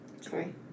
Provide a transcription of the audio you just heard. sorry